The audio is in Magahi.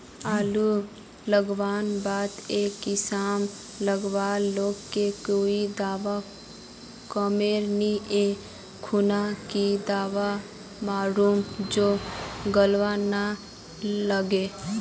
आलू लगवार बात ए किसम गलवा लागे की कोई दावा कमेर नि ओ खुना की दावा मारूम जे गलवा ना लागे?